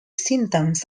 symptoms